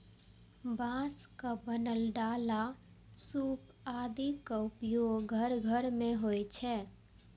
बांसक बनल डाला, सूप आदिक प्रयोग घर घर मे होइ छै